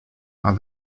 are